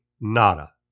nada